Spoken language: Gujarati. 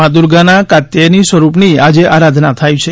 માં દુર્ગા ના કાત્યાયની સ્વરૂપની આજે આરાધના થાય છે